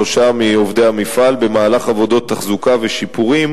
שלושה מעובדי המפעל במהלך עבודות תחזוקה ושיפורים,